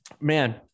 man